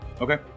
Okay